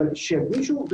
אבל שיגישו,